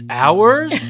hours